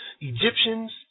Egyptians